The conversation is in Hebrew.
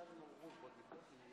גם בבדואים,